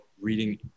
reading